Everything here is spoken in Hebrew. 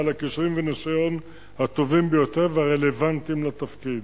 בעל הכישורים והניסיון הטובים ביותר והרלוונטיים לתפקיד.